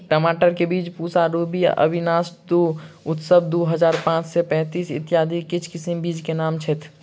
टमाटर केँ बीज पूसा रूबी, अविनाश दु, उत्सव दु हजार पांच सै पैतीस, इत्यादि किछ किसिम बीज केँ नाम छैथ?